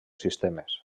sistemes